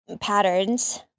patterns